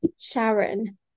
Sharon